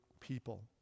people